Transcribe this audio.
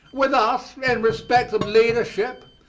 with us, in respect of leadership,